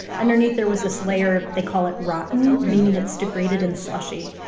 underneath there was this layer they call it rotten, meaning it's degraded and slushy.